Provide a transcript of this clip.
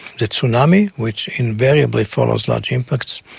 the tsunami which invariably follows large impacts,